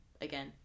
again